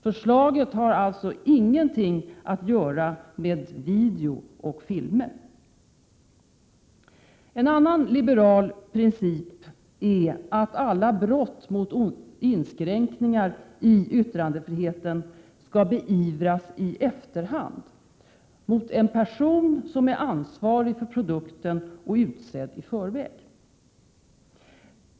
Förslaget har alltså inget att göra med video och filmer. En annan liberal princip är att alla brott mot inskränkningar i yttrandefriheten skall beivras i efterhand. En person som är ansvarig för produkten och utsedd i förväg skall ställas till svars.